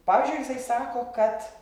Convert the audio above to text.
pavyzdžiui jisai sako kad